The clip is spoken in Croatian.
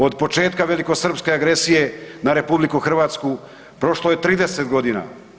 Od početka velikosrpske agresije na RH, prošlo je 30 godina.